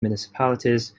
municipalities